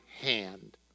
hand